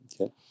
okay